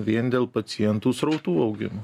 vien dėl pacientų srautų augimo